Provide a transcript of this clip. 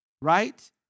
right